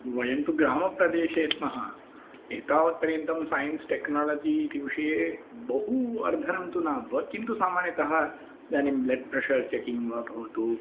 वयं तु ग्रामप्रदेशे स्मः एतावत्पर्यन्तं सैन्स् टेक्नालजि इति विषये बहु वर्धनं तु न वा किन्तु सामान्यतः इदानीं ब्लड् प्रेशर् चेकिङ्ग् वा भवतु